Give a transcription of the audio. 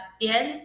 piel